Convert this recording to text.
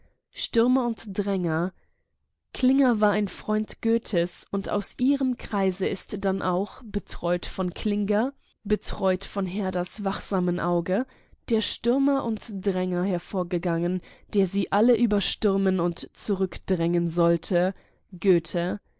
stürmer und dränger klinger war ein freund goethes und aus ihrem kreise ist betreut von herders wachsamem auge der stürmer und dränger hervorgegangen der sie alle überstürmen und zurückdrängen sollte